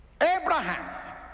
Abraham